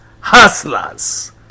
hustlers